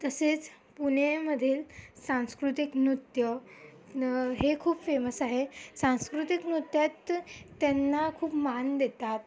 तसेच पुण्यामधील सांस्कृतिक नृत्य न हे खूप फेमस आहे सांस्कृतिक नृत्यात त्यांना खूप मान देतात